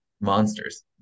monsters